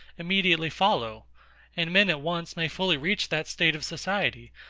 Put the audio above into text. immediately follow and men at once may fully reach that state of society,